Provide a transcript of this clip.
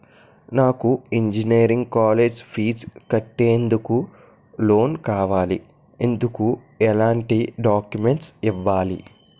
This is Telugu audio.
నాకు ఇంజనీరింగ్ కాలేజ్ ఫీజు కట్టేందుకు లోన్ కావాలి, ఎందుకు ఎలాంటి డాక్యుమెంట్స్ ఇవ్వాలి?